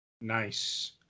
nice